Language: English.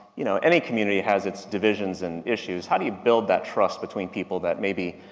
you know, any community has its divisions and issues. how do you build that trust between people that maybe,